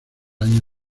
año